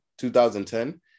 2010